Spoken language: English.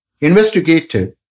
investigated